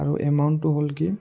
আৰু এমাউণ্টটো হ'ল কি